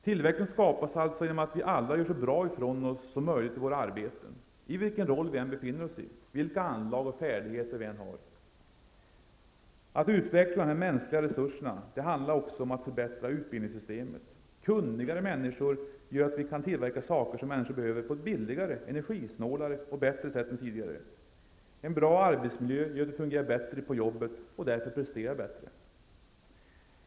Tillväxten skapas alltså genom att vi alla gör så bra ifrån oss som möjligt i våra arbeten, vilken roll vi än befinner oss i, vilka anlag och färdigheter vi än har. Att utveckla de mänskliga resurserna handlar också om att förbättra utbildningssystemet. Kunnigare människor gör att vi kan tillverka saker som människor behöver på ett billigare, energisnålare och bättre sätt än tidigare. En bra arbetsmiljö gör att vi fungerar bättre på jobbet och därför presterar bättre.